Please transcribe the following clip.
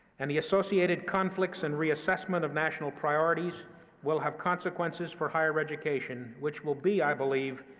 and the associated conflicts and reassessment of national priorities will have consequences for higher education, which will be, i believe,